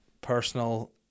personal